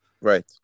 right